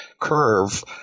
curve